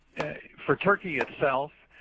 for turkey itself,